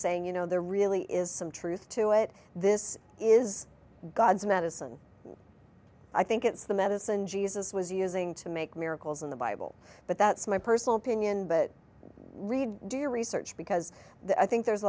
saying you know there really is some truth to it this is god's medicine i think it's the medicine jesus was using to make miracles in the bible but that's my personal opinion but read do your research because i think there's a